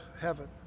heaven